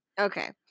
Okay